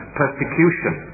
persecution